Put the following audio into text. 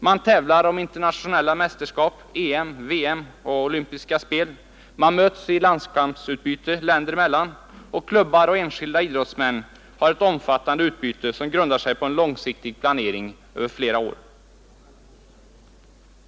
Man tävlar om internationella mästerskap, EM, VM och olympiska spel. Man möts i landskampsutbyte länder emellan, och klubbar och enskilda idrottsmän har ett omfattande utbyte, som grundar sig på en långsiktig planering över flera år.